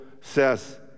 says